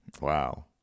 Wow